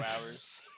hours